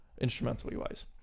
instrumentally-wise